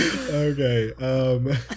Okay